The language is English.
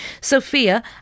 Sophia